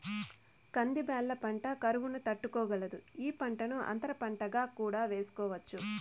కంది బ్యాళ్ళ పంట కరువును తట్టుకోగలదు, ఈ పంటను అంతర పంటగా కూడా వేసుకోవచ్చు